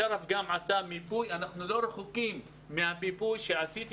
גם שרף עשה מיפוי ואנחנו לא רחוקים מהמיפוי שאני עשיתי